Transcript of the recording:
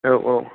औ औ